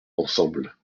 ensemble